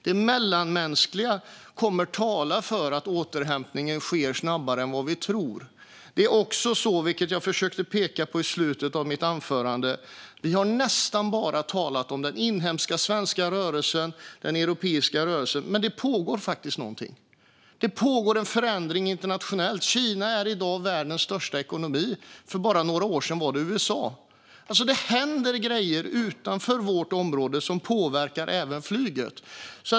Det mellanmänskliga kommer att tala för att återhämtningen sker snabbare än vad vi tror. Det är också så, vilket jag försökte peka på i slutet av mitt anförande, att vi nästan bara har talat om den inhemska svenska rörelsen och den europeiska rörelsen. Men det pågår någonting. Det pågår en förändring internationellt. Kina är i dag världens största ekonomi. För bara några år sedan var det USA. Det händer grejer utanför vårt område som påverkar även flyget.